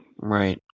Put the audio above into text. Right